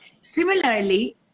Similarly